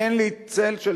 אין לי צל של ספק,